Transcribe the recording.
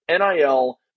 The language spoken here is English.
NIL